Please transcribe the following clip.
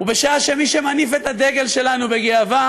בשעה שמי שמניף את הדגל שלנו בגאווה